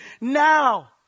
now